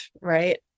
right